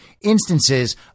instances